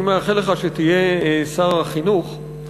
אני מאחל לך שתהיה שר החינוך,